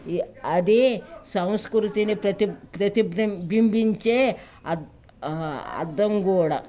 అది సంస్కృతిని ప్రతి ప్రతిబింబించే అ అద్దం గూ కూడా